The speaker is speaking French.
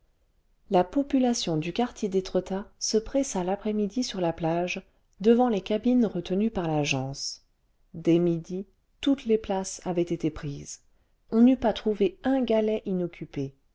la population du quartier d'étretat se pressa l'après-midi sur la plage devant les cabines retenues par l'agence dès midi toutes les places avaient été prises on n'eût pas trouvé un galet inoccupé